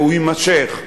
והוא יימשך,